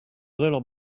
little